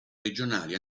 regionali